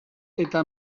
eta